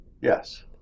Yes